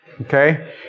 Okay